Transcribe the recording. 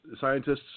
scientists